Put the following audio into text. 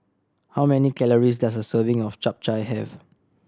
how many calories does a serving of Chap Chai have